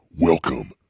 Welcome